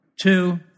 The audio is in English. two